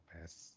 best